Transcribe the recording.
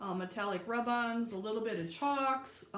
um metallic rub ah ons a little bit of chalks.